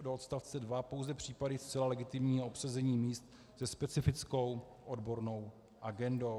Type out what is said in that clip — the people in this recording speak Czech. do odstavce 2 pouze případy zcela legitimního obsazení míst se specifickou odbornou agendou.